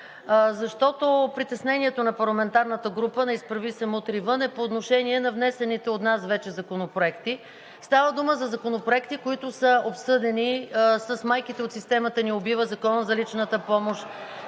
защото притеснението на парламентарната група „Изправи се! Мутри вън!“ е по отношение на внесените от нас вече законопроекти. Става дума за законопроекти, които са обсъдени с майки от „Системата ни убива“ – Законът за личната помощ,